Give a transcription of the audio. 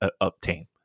obtain